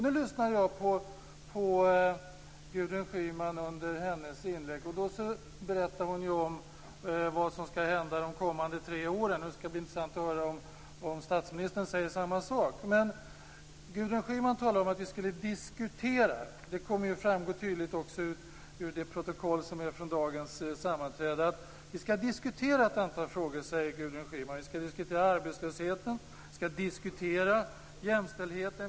Nu lyssnade jag på Gudrun Schyman under hennes inlägg, och hon berättade om vad som skall hända de kommande tre åren. Det skall bli intressant att höra om statsministern säger samma sak. Gudrun Schyman talade om att vi skulle diskutera. Det kommer ju också att framgå tydligt av protokollet från dagens sammanträde. Vi skall diskutera ett antal frågor, säger Gudrun Schyman. Vi skall diskutera arbetslösheten. Vi skall diskutera jämställdheten.